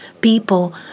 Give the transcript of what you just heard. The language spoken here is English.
people